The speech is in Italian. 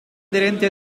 aderenti